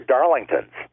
Darlingtons